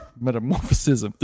Metamorphosis